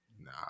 Nah